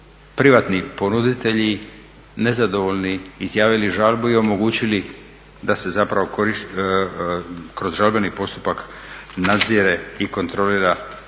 privatni ponuditelji nezadovoljni izjavili žalbu i omogućili da se zapravo kroz žalbeni postupak nadzire i kontrolira